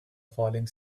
falling